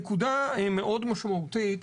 נקודה מאוד משמעותית,